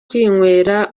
kwinywera